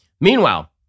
Meanwhile